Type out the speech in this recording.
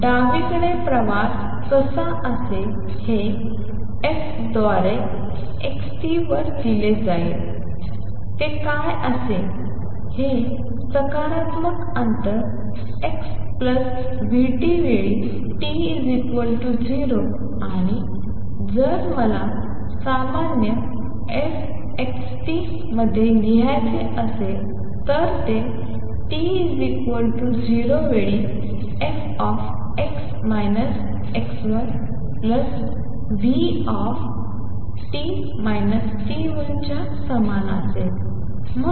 डावीकडे प्रवास कसा असेल हे f द्वारे x t वर दिले जाईल ते काय असेल हे सकारात्मक अंतर x vt वेळी t 0 आणि जर मला सामान्य f x t मध्ये लिहायचे असेल तर ते t 0 वेळी f v च्या समान असेल